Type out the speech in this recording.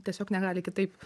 tiesiog negali kitaip